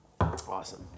Awesome